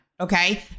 okay